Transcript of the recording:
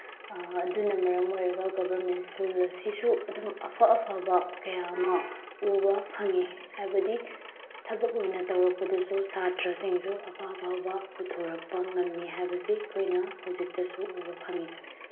ꯑꯗꯨꯅ ꯃꯔꯝ ꯑꯣꯏꯔꯒ ꯒꯕꯔꯃꯦꯟ ꯁ꯭ꯀꯨꯜ ꯑꯁꯤꯁꯨ ꯑꯗꯨꯝ ꯑꯐ ꯑꯐꯕ ꯀꯌꯥ ꯑꯃ ꯎꯕ ꯐꯪꯏ ꯍꯥꯏꯕꯗꯤ ꯊꯕꯛ ꯑꯣꯏꯅ ꯇꯧꯔꯛꯄꯗꯁꯨ ꯁꯥꯇ꯭ꯔꯁꯤꯡꯁꯨ ꯑꯐ ꯑꯐꯕ ꯄꯨꯊꯣꯔꯛꯄ ꯉꯝꯃꯤ ꯍꯥꯏꯕꯁꯤ ꯑꯩꯈꯣꯏꯅ ꯍꯧꯖꯤꯛꯇꯁꯨ ꯎꯕ ꯐꯪꯏ